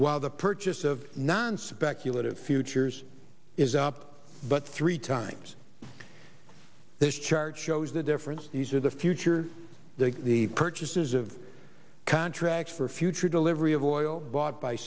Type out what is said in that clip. while the purchase of non subjective futures is up but three times this charge shows the difference these are the future the the purchases of contracts for future delivery of oil bought by